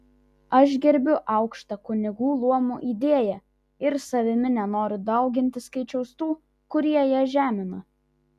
aš gerbiu aukštą kunigų luomo idėją ir savimi nenoriu dauginti skaičiaus tų kurie ją žemina